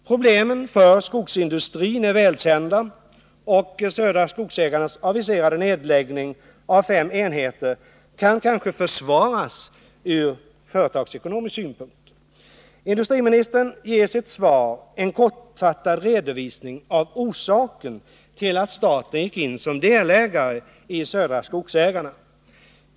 Problemen för skogsindustrin är välkända, och Södra Skogsägarnas aviserade nedläggning av fem enheter kan kanske försvaras ur företagsekonomisk synpunkt. Industriministern ger i sitt svar en kortfattad redovisning av orsaken till att staten gick in som delägare i Södra Skogsägarna.